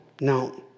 no